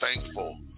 thankful